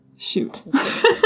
shoot